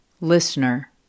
listener